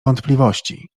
wątpliwości